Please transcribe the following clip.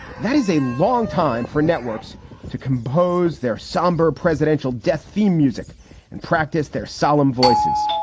that is a long time for networks to compose their somber presidential death theme music and practice their solemn voices.